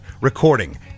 recording